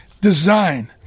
design